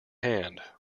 hand